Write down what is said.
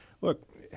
look